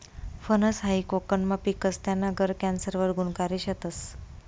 फनस हायी कोकनमा पिकस, त्याना गर कॅन्सर वर गुनकारी शेतस